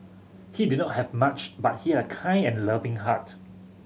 he did not have much but he had a kind and loving heart